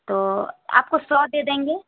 تو آپ کو سو دے دیں گے